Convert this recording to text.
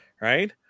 Right